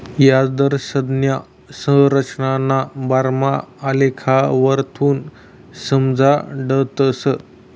याजदर संज्ञा संरचनाना बारामा आलेखवरथून समजाडतस